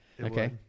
Okay